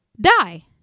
die